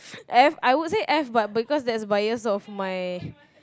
F I would say F but because that's biased of my